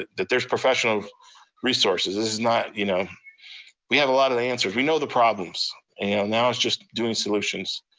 ah that there's professional resources. this is not, you know we have a lot of the answers. we know the problems and now it's just doing solutions.